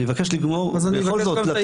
אני מבקש לגמור --- אז אני מבקש גם --- בכל זאת,